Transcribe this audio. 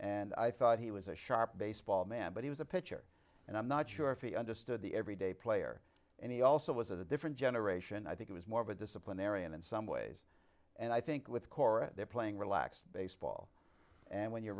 and i thought he was a sharp baseball man but he was a pitcher and i'm not sure if he understood the every day player and he also was a different generation i think it was more of a disciplinary and in some ways and i think with cora they're playing relaxed baseball and when you're